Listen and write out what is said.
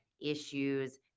issues